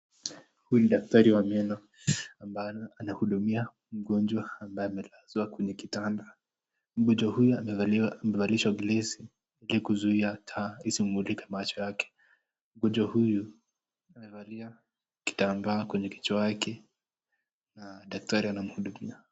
Huyu ni daktari wa meno ambaye anahudumia mgonjwa ambaye amelazwa kwenye kitanda. Mgonjwa huyu amevalishwa glesi ili kuzuia taa isimulike macho yake. Mgonjwa huyu amevalia kitambaa kwenye kichwa yake, daktari anamhudumia.